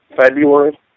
February